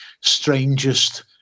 strangest